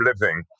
living